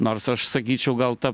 nors aš sakyčiau gal ta